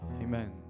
amen